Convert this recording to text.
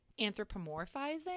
anthropomorphizing